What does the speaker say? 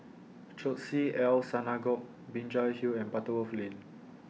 Chesed El Synagogue Binjai Hill and Butterworth Lane